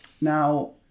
Now